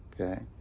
Okay